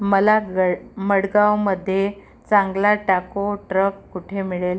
मला गड मडगावमध्ये चांगला टॅको ट्रक कुठे मिळेल